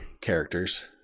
characters